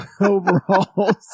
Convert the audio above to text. Overalls